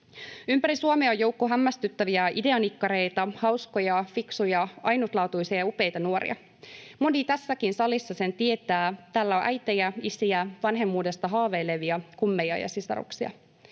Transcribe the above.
Ympäri Suomea on joukko hämmästyttäviä ideanikkareita, hauskoja, fiksuja, ainutlaatuisia ja upeita nuoria. Moni tässäkin salissa sen tietää. Täällä on äitejä, isiä, vanhemmuudesta haaveilevia, kummeja ja sisaruksia.